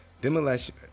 Demolition